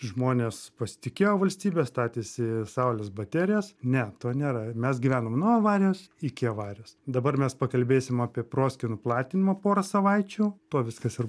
žmonės pasitikėjo valstybe statėsi saulės baterijas ne to nėra mes gyvenam nuo avarijos iki avarijos dabar mes pakalbėsim apie proskynų platinimą porą savaičių tuo viskas ir